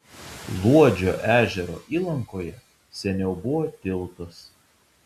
luodžio ežero įlankoje seniau buvo tiltas